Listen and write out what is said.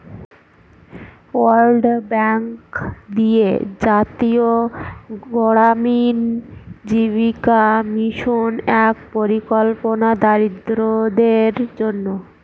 world bank দিয়ে জাতীয় গড়ামিন জীবিকা মিশন এক পরিকল্পনা দরিদ্রদের জন্য